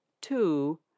Two